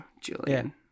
Julian